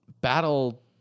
battle